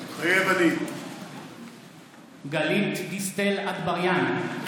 מתחייב אני גלית דיסטל אטבריאן,